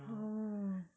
oh